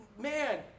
Man